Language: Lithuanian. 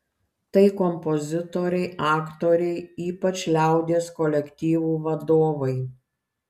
tai kompozitoriai aktoriai ypač liaudies kolektyvų vadovai